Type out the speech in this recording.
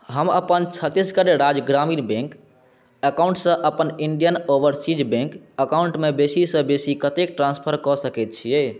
हम अपन छत्तीसगढ़ राज्य ग्रामीण बैंक अकाउंटसँ अपन इण्डियन ओवरसीज बैंक अकाउंटमे बेसीसँ बेसी कतेक ट्रांस्फर कऽ सकैत छियै